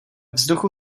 vzduchu